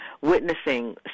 witnessing